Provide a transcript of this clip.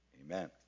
amen